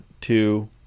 two